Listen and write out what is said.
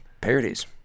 Parodies